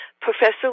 Professor